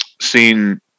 seen